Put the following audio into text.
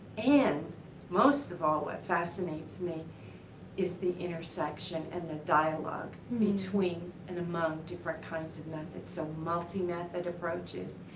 and most of all what fascinates me is the intersection and the dialogue between and among different kinds of methods. so multi-method approaches,